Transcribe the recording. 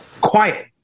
quiet